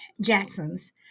Jacksons